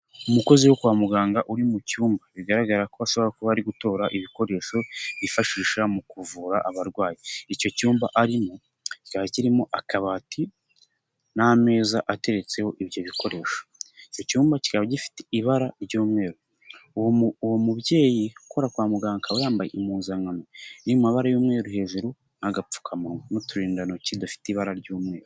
Umukozi wo kwa muganga uri mu cyumba, bigaragara ko ashobora kuba ari gutora ibikoresho yifashisha mu kuvura abarwayi. Icyo cyumba arimo kikaba kirimo akabati n'ameza ateretseho ibyo bikoresho. Icyo cyumba kikaba gifite ibara ry'umweru, uwo mubyeyi ukora kwa muganga yambaye impuzankano y'amabara y'umweru hejuru agapfukamuwa n'uturindantoki dufite ibara ry'umweru.